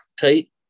tight